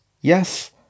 Yes